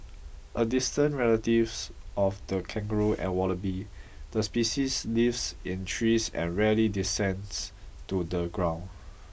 a distant relatives of the kangaroo and wallaby the species lives in trees and rarely descends to the ground